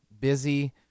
busy